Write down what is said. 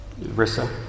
Rissa